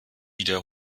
wieder